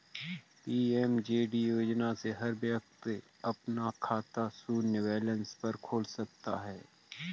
PMJD योजना से हर व्यक्ति अपना खाता शून्य बैलेंस पर खोल सकता है